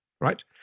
right